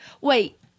Wait